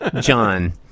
John